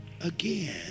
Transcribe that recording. again